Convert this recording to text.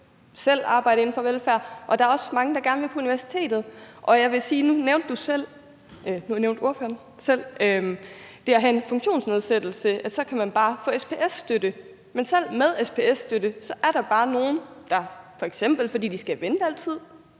selv arbejde inden for velfærd, og der er også mange, der gerne vil på universitetet. Jeg vil sige, at nu nævnte ordføreren selv det at have en funktionsnedsættelse, og at så kan man bare få SPS-støtte, men selv med SPS-støtte er der bare nogen, der, f.eks. fordi de skal vente alt